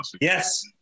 Yes